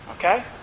Okay